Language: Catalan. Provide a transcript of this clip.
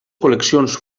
col·leccions